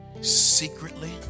secretly